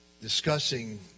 discussing